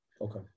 Okay